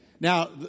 Now